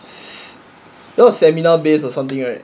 not seminar base or something right